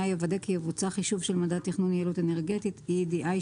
יוודא כי יבוצע חישוב של מדד תכנן יעילות אנרגטית (EEDI),